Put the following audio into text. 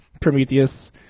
Prometheus